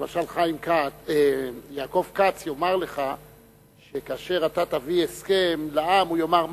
למשל יעקב כץ יאמר לך שכאשר אתה תביא הסכם לעם הוא יאמר,